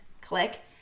click